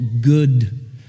good